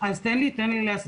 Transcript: תן לי להסביר לך.